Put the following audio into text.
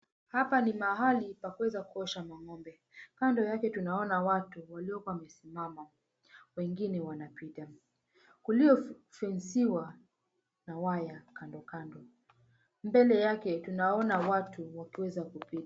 Hapa ni mahali pakuweza kuosha mang'ombe . Kando yake tunaona watu walioko wamesimama, wengine wanapita kuliofensiwa na waya kandokando. Mbele yake tunaona watu wakiweza kupita.